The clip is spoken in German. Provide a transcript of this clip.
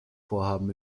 vorhaben